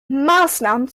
maßnahmen